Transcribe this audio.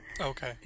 Okay